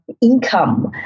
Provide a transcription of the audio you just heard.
income